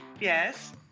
Yes